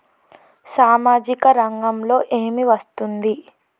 సామాజిక రంగంలో ఏమి వస్తుంది?